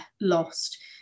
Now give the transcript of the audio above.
lost